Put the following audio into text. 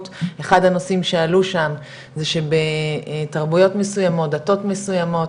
אחד הנושאים שעלו שם זה שבתרבויות מסוימות דתות מסוימות